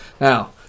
Now